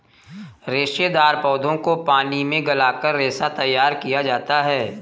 रेशेदार पौधों को पानी में गलाकर रेशा तैयार किया जाता है